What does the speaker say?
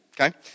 okay